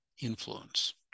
influence